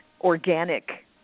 organic